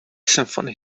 symphony